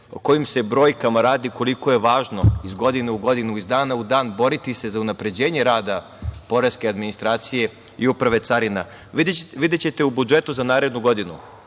o kojim se brojkama radi, koliko je važno iz godine u godinu, iz dana u dan boriti se za unapređenje rada poreske administracije i Uprave carina. Videćete u budžetu za narednu godinu,